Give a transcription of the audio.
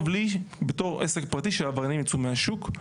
טוב לי בתור עסק פרטי שעבריינים ייצאו מהשוק.